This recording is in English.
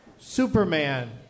Superman